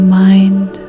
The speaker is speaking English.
mind